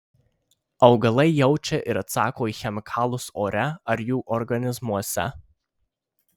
augalai jaučia ir atsako į chemikalus ore ar jų organizmuose